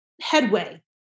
headway